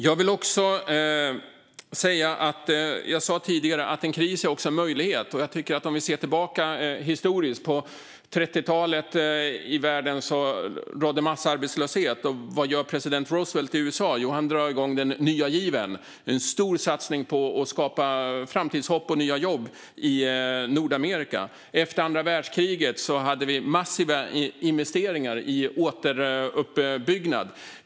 Jag sa tidigare att en kris också är en möjlighet. Om vi tittar tillbaka i historien ser vi att det på 30-talet rådde massarbetslöshet i världen. Vad gjorde president Roosevelt i USA? Jo, han drog igång den nya given, en stor satsning för att skapa framtidshopp och nya jobb i Nordamerika. Efter andra världskriget gjordes massiva investeringar i återuppbyggnad.